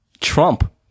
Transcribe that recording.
Trump